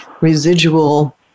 residual